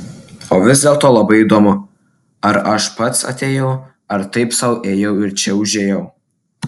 o vis dėlto labai įdomu ar aš pats atėjau ar taip sau ėjau ir čia užėjau